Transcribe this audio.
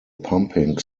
pumping